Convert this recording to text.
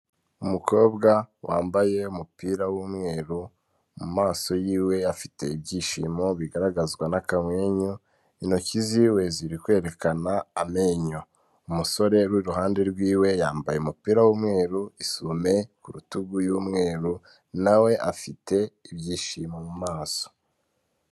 Umukobwa wambaye umupira w'umweru, mu maso y'iwe afite ibyishimo bigaragazwa n'akamwenyu, intoki z'iwe ziri kwerekana amenyo. Umusore uri iruhande rw'iwe yambaye umupira w'umweru, isume ku rutugu y'umweru, na we afite ibyishimo mu maso.